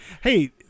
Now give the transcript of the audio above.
hey